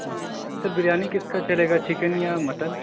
سر بریانی کس کا چلے گا چکن یا مٹن